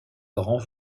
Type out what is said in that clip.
grand